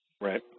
Right